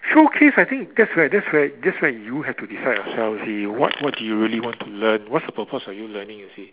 showcase I think that's where that's where that's where you have to decide yourself you see what what do you really want to learn what's the purpose of you learning you see